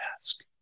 ask